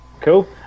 cool